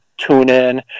TuneIn